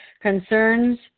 Concerns